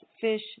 fish